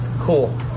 cool